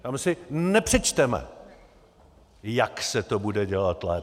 Tam si nepřečteme, jak se to bude dělat lépe.